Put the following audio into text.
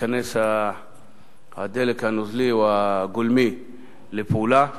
ייכנס הדלק הנוזלי או הגולמי לפעולה.